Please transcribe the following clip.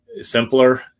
simpler